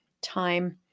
time